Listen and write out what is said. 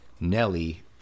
Nelly